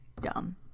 dumb